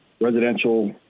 residential